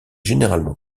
généralement